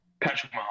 Patrick